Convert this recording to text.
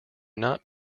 not